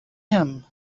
him